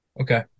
okay